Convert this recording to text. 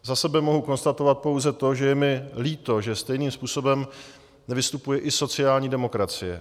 Za sebe mohu konstatovat pouze to, že je mi líto, že stejným způsobem nevystupuje i sociální demokracie.